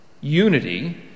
Unity